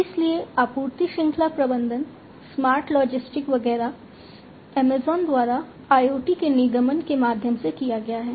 इसलिए आपूर्ति श्रृंखला प्रबंधन स्मार्ट लॉजिस्टिक्स वगैरह अमेज़ॅन द्वारा IoT के निगमन के माध्यम से किया गया है